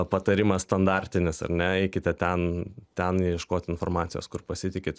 patarimas standartinis ar ne eikite ten ten ieškot informacijos kur pasitikit